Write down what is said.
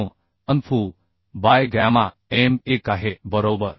9An Fu by gamma m1 आहे बरोबर